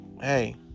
hey